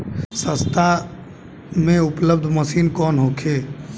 सस्ता में उपलब्ध मशीन कौन होखे?